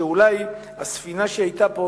שאולי הספינה שהיתה פה,